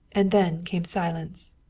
and then came silence.